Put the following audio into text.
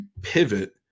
pivot